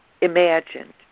imagined